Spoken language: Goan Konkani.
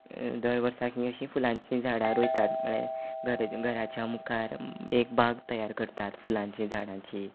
दर वर्सा हीं अशीं फुलांचीं झाडां रोंयतात म्हळ्ळ्यार घर दे घराच्या मुखार एक बाग तयार करतात फुलांचे झाडांची